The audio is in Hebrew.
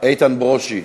איתן ברושי?